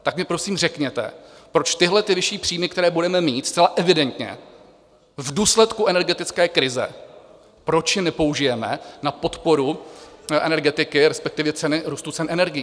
Tak mi prosím řekněte, proč tyhlety vyšší příjmy, které budeme mít zcela evidentně v důsledku energetické krize, proč je nepoužijeme na podporu energetiky, respektive růstu cen energií?